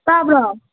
ꯇꯥꯕ꯭ꯔꯣ